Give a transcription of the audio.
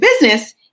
business